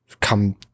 come